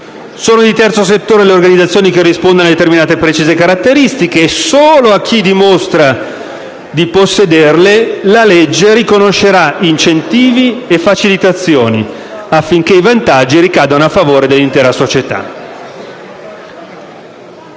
Sono di terzo settore le organizzazioni che rispondono a determinate e precise caratteristiche, e solo a chi dimostra di possederle la legge riconoscerà incentivi e facilitazioni, affinché i vantaggi ricadano a favore dell'intera società.